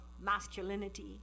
masculinity